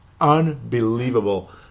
unbelievable